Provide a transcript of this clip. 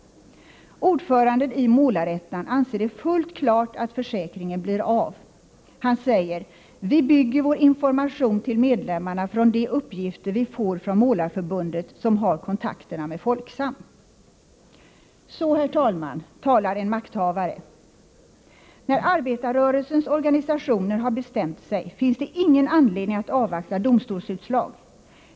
Ordföranden i Målar-Ettan anser det fullt klart att försäkringen blir av. Han säger: ”Vi bygger vår information till medlemmarna från de uppgifter vi får från Målarförbundet som har kontakterna med Folksam.” Så, herr talman, talar en makthavare. När arbetarrörelsens organisationer har bestämt sig finns det ingen anledning att avvakta domstolsutslag.